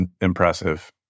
impressive